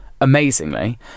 amazingly